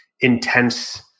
Intense